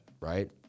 right